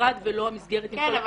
המשרד ולא המסגרת עם כל -- כן,